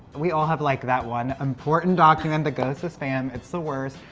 we all have like that one important document that goes to spam. it's the worst.